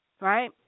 right